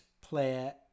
player